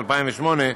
2008,